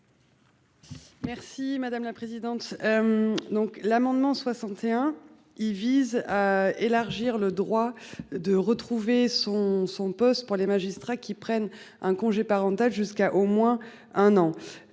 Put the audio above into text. Merci madame la présidente. Donc l'amendement 61, il vise. Élargir le droit de retrouver son son poste pour les magistrats qui prennent un congé parental jusqu'à au moins un an.